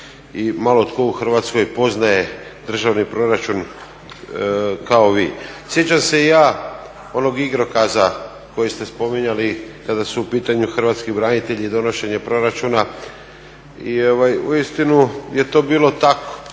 malo tko u Hrvatskoj poznaje državni proračun kao vi. Sjećam se i ja onog igrokaza koji ste spominjali kada su u pitanju hrvatski branitelji i donošenje proračuna. I uistinu je to bilo tako.